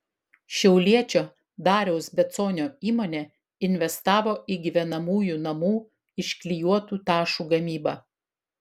šiauliečio dariaus beconio įmonė investavo į gyvenamųjų namų iš klijuotų tašų gamybą